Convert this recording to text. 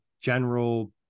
general